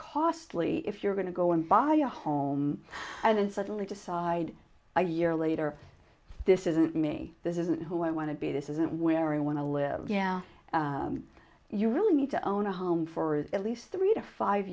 costly if you're going to go and buy a home and suddenly decide a year later this isn't me this isn't who i want to be this isn't wearing want to live yeah you really need to own a home for is at least three to five